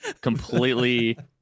completely